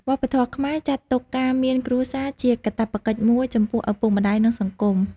វប្បធម៌ខ្មែរចាត់ទុកការមានគ្រួសារជាកាតព្វកិច្ចមួយចំពោះឪពុកម្តាយ និងសង្គម។